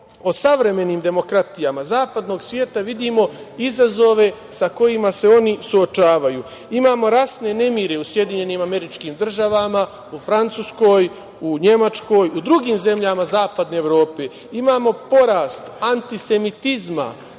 o savremenim demokratijama zapadnog sveta vidimo izazove sa kojima se oni suočavaju. Imamo rasne nemire u SAD, u Francuskoj, u Nemačkoj, u drugim zemljama zapadne Evrope. Imamo porast antisemitizma,